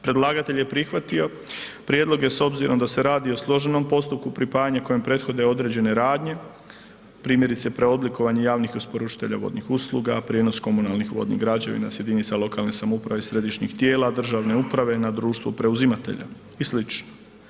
Predlagatelj je prihvatio prijedloge s obzirom da se radi o složenom postupku pripajanja kojem prethode određene radnje, primjerice preoblikovanje javnih isporučitelja vodnih usluga, prijenos komunalnih vodnih građevina sa jedinica lokalne samouprave, središnjih tijela državne uprave na društvu preuzimatelja i slično.